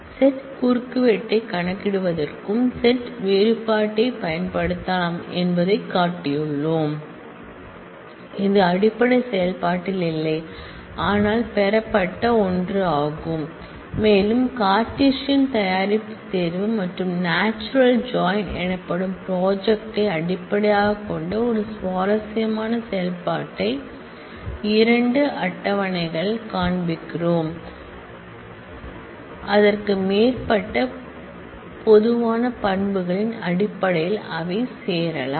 set intersection கணக்கிடுவதற்கும் set difference பயன்படுத்தலாம் என்பதைக் காட்டியுள்ளோம் இது அடிப்படை செயல்பாட்டில் இல்லை ஆனால் பெறப்பட்ட ஒன்று ஆகும் மேலும் கார்ட்டீசியன் தயாரிப்புத் தேர்வு மற்றும் நாச்சுரல் ஜாயின் எனப்படும் ப்ராஜெக்டை அடிப்படையாகக் கொண்ட ஒரு சுவாரஸ்யமான செயல்பாட்டை இரண்டு டேபிள் கள் காண்பிக்கிறோம் அவர்களிடம் உள்ள 1 அல்லது அதற்கு மேற்பட்ட பொதுவான ஆட்ரிபூட்ஸ் களின் அடிப்படையில் சேரலாம்